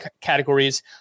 categories